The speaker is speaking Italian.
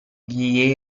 gli